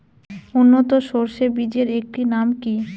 উন্নত সরষে বীজের একটি নাম কি?